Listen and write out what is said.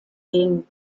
den